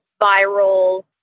viral